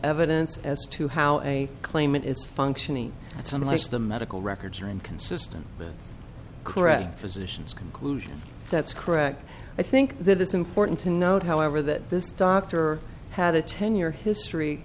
evidence as to how a claimant is functioning that's unless the medical records are inconsistent with correct physicians conclusion that's correct i think that it's important to note however that this doctor had a ten year history